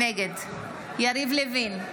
נגד יריב לוין,